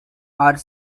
are